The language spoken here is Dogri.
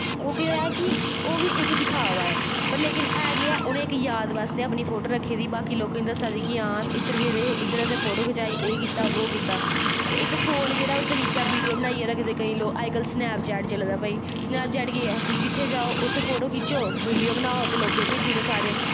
ओह् केह् ऐ कि ओह् बी इक दिखावा ऐ पर है केह् ऐ उनैं याद बास्तै अपनी इक फोटो रक्खी दी लोकें गी दस्सा दे हां अस इध्दर गेदे हे इद्दर असैं फोटो खचाई एह् कीता बो कीता ते इक फोटो केह्ड़ा तरीका ऐ वीडियो बनाईयै रखदे केईं लोग अज्ज कल सनैपचैट चलेदे भाई सनैपचैट केह् ऐ तुस जित्थै जाओ फोटो खिच्चो वीडियो बनाओ ते लोकें गी दिखाई ओड़ो